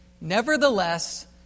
Nevertheless